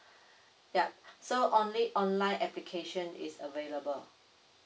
yup so only online application is available